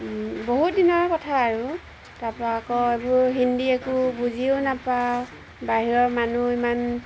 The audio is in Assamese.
বহুত দিনৰ কথা আৰু তাৰপা আকৌ এইবোৰ হিন্দী একো বুজিও নাপাওঁ বাহিৰৰ মানুহ ইমান